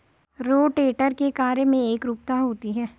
rotator के कार्य में एकरूपता होती है